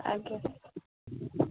ଆଜ୍ଞା